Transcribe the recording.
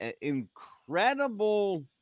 incredible